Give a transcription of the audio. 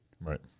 Right